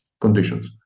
conditions